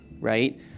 right